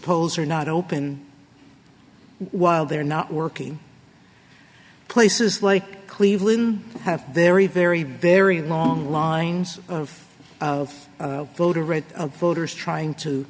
polls are not open while they're not working places like cleveland have very very very long lines of of voter red voters trying to